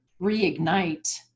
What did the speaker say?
reignite